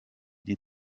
die